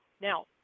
Now